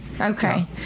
Okay